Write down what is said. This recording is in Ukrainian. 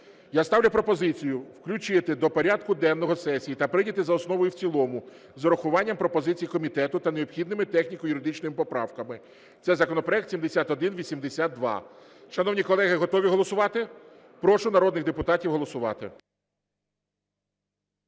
Я ставлю пропозицію включити до порядку денного сесії та прийняти за основу і в цілому з урахуванням пропозицій комітету та необхідними техніко-юридичними поправками. Це законопроект 7182. Шановні колеги, готові голосувати? Прошу народних депутатів голосувати.